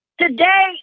Today